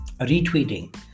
retweeting